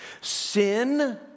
sin